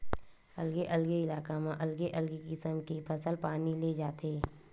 अलगे अलगे इलाका म अलगे अलगे किसम के फसल पानी ले जाथे